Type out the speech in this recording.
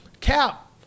Cap